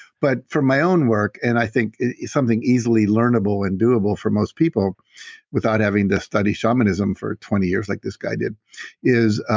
but for my own work and i think something easily learnable and doable for most people without having to study shamanism for twenty years like this guy did is